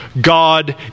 God